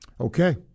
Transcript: Okay